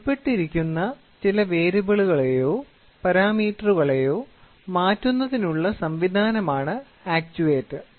ഉൾപ്പെട്ടിരിക്കുന്ന ചില വേരിയബിളുകളെയോ പാരാമീറ്ററുകളെയോ മാറ്റുന്നത്തിനുള്ള സംവിധാനമാണ് ആക്ചുവേറ്റർ